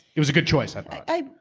it was a good choice i